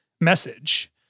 message